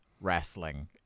wrestling